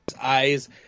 eyes